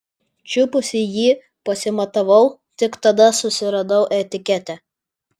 čiupusi jį pasimatavau tik tada susiradau etiketę